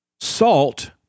Salt